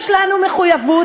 יש לנו מחויבות,